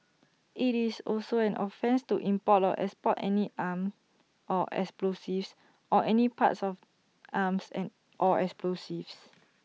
IT is also an offence to import or export any arms or explosives or any parts of arms and or explosives